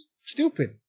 Stupid